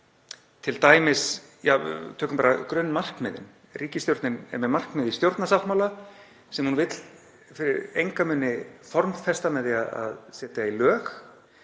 engan veginn. Tökum bara grunnmarkmiðin. Ríkisstjórnin er með markmið í stjórnarsáttmála sem hún vill fyrir enga muni formfesta með því að setja í lög.